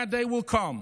That day will come.